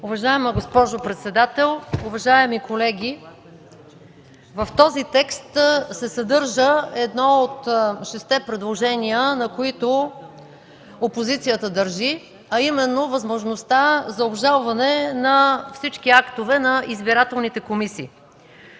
Уважаема госпожо председател, уважаеми колеги! В този текст се съдържа едно от шестте предложения, на които опозицията държи – възможността за обжалване на всички актове на избирателните комисии.